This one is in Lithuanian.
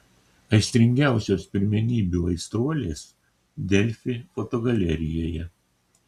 aistringiausios pirmenybių aistruolės delfi fotogalerijoje